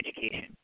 education